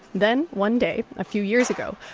then, one day, a few years ago,